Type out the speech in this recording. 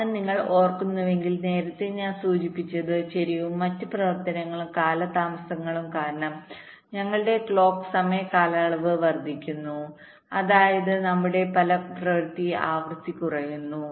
കാരണം നിങ്ങൾ ഓർക്കുന്നുവെങ്കിൽ നേരത്തേ ഞാൻ സൂചിപ്പിച്ചത് ചരിവും മറ്റ് അത്തരം കാലതാമസങ്ങളും കാരണം ഞങ്ങളുടെ ക്ലോക്ക് സമയ കാലയളവ് വർദ്ധിക്കുന്നു അതായത് നമ്മുടെ ഫലപ്രദമായ ആവൃത്തി കുറയുന്നു